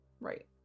Right